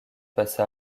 passa